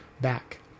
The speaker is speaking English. back